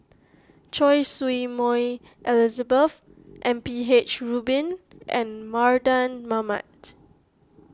Choy Su Moi Elizabeth M P H Rubin and Mardan Mamat